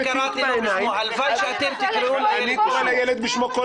הלוואי שאתם תקראו לילד בשמו.